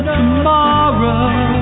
tomorrow